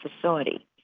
facility